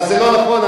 זה לא נכון,